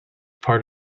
part